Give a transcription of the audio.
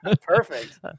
Perfect